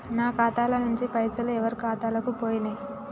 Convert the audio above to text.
నా ఖాతా ల నుంచి పైసలు ఎవరు ఖాతాలకు పోయినయ్?